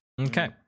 Okay